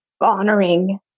honoring